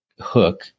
hook